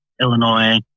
Illinois